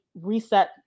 reset